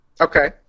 okay